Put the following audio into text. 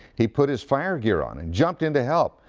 he put his fire gear on and jumped in to help.